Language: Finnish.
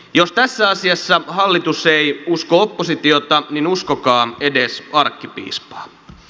jos tässä asiassa hallitus ei usko oppositiota niin uskokaa edes arkkipiispaa